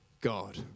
God